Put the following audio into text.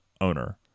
owner